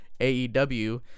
AEW